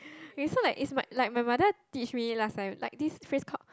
okay so like it's my like my mother teach me last time like this phrase called